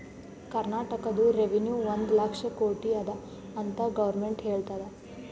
ಕರ್ನಾಟಕದು ರೆವೆನ್ಯೂ ಒಂದ್ ಲಕ್ಷ ಕೋಟಿ ಅದ ಅಂತ್ ಗೊರ್ಮೆಂಟ್ ಹೇಳ್ಯಾದ್